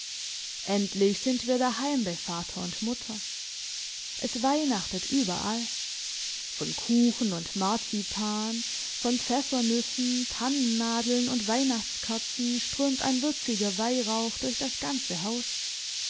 endlich sind wir daheim bei vater und mutter es weihnachtet überall von kuchen und marzipan von pfeffernüssen tannennadeln und weihnachtskerzen strömt ein würziger weihrauch durch das ganze haus